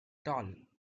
tall